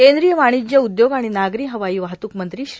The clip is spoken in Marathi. केंद्रीय वाणिज्य उद्योग आणि नागरी हवाई वाहतूक मंत्री श्री